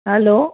hello